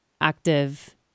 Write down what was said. active